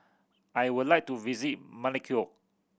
I would like to visit Melekeok